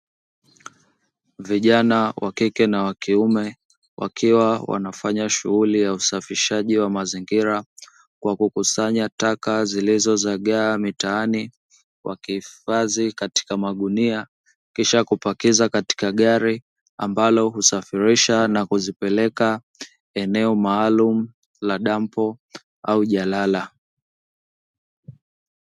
Vijana wa kike na wa kiuke wakiwa wanafnya shuguli ya usafishaji mazingira kwa kusanya taka zilizo zagaa mitaani, wakihifadhi katika magunia kisha kupakiza katika gari ambalo husafirisha na kuzipeleka eneo maalumu la dampo au jalala.